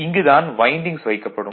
இங்கு தான் வைண்டிங்ஸ் வைக்கப்படும்